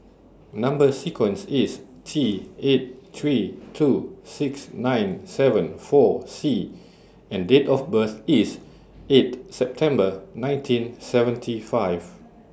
Number sequence IS T eight three two six nine seven four C and Date of birth IS eight September nineteen seventy five